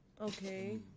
Okay